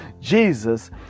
Jesus